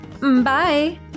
Bye